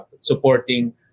supporting